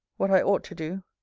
what i ought to do.